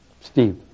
Steve